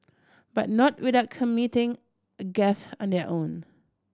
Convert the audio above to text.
but not without committing a gaffe on their own